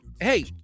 Hey